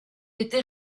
été